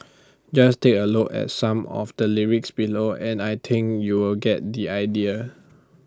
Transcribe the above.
just take A look at some of the lyrics below and I think you'll get the idea